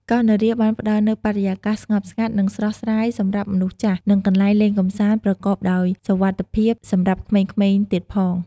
កោះនរាបានផ្ដល់នូវបរិយាកាសស្ងប់ស្ងាត់ និងស្រស់ស្រាយសម្រាប់មនុស្សចាស់ និងកន្លែងលេងកម្សាន្តប្រកបដោយសុវត្ថិភាពសម្រាប់ក្មេងៗទៀតផង។